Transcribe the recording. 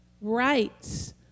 rights